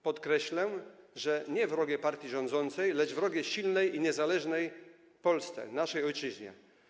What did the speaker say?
Podkreślę, że nie wrogie partii rządzącej, lecz wrogie silnej i niezależnej Polsce, naszej ojczyźnie.